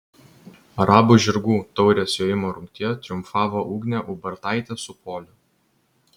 arabų žirgų taurės jojimo rungtyje triumfavo ugnė ubartaitė su poliu